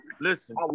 Listen